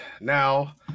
Now